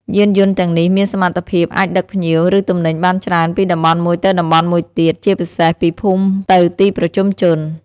យានយន្តទាំងនេះមានសមត្ថភាពអាចដឹកភ្ញៀវ ឬទំនិញបានច្រើនពីតំបន់មួយទៅតំបន់មួយទៀត ជាពិសេសពីភូមិទៅទីប្រជុំជន។